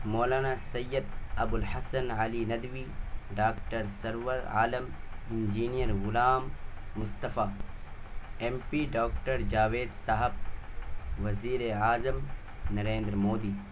مولانا Syed Abul Hasan Ali Nadwi doctor Sarwar Alam engineer Ghulam Mustafa M P doctor Javed صاحب وزیر اعظم نریندر مودی